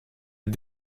est